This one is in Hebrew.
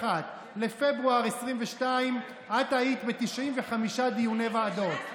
לפברואר 2022 את היית ב-95 דיוני ועדות.